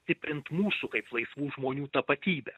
stiprint mūsų kaip laisvų žmonių tapatybę